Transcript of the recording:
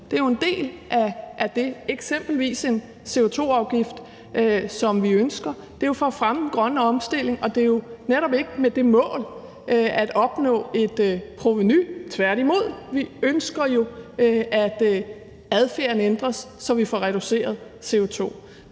det er en jo del af det – eksempelvis en CO2-afgift, som vi ønsker. Det er jo for at fremme den grønne omstilling, og det er netop ikke med det mål at opnå et provenu. Tværtimod, vi ønsker jo, at adfærden ændres, så vi får reduceret